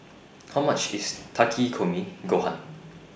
How much IS Takikomi Gohan